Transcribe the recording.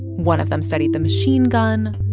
one of them studied the machine gun.